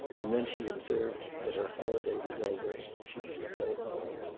and then she observed that her holiday was over she must go home.